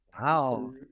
Wow